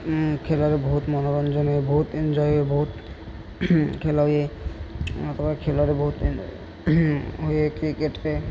ଖେଳରେ ବହୁତ ମନୋରଞ୍ଜନ ହୁଏ ବହୁତ ଏନ୍ଜୟ ହୁଏ ବହୁତ ଖେଳ ହୁଏ ଖେଳରେ ବହୁତ ହୁଏ କ୍ରିକେଟ୍ରେ